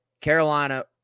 Carolina